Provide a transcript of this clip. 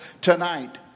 tonight